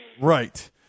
Right